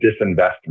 disinvestment